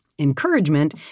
Encouragement